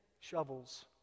shovels